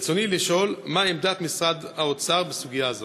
רצוני לשאול: מה עמדת משרד האוצר בסוגיה זו?